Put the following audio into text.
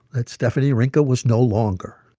that stephanie rinka was no longer